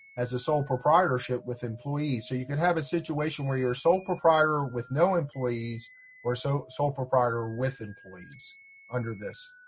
as a sole proprietorship with employees. so you could have a situation where you're a sole proprietor with no employees or so sole proprietor with employees under this.